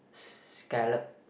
scallop